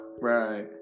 right